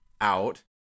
out